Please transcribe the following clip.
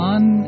One